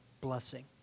blessing